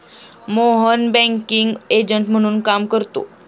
Mohan banking agent म्हणून काम करतो